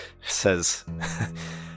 Says